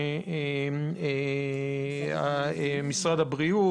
גם משרד הבריאות,